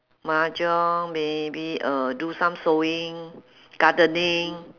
mahjong maybe uh do some sewing gardening